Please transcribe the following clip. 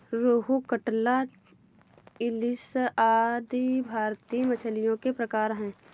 रोहू, कटला, इलिस आदि भारतीय मछलियों के प्रकार है